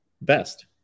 best